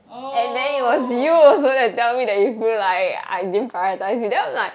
oh